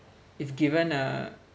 if given a